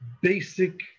basic